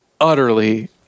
utterly